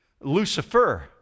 Lucifer